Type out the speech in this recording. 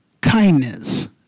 kindness